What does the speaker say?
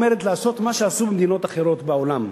אומרת לעשות מה שעשו במדינות אחרות בעולם.